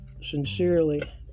sincerely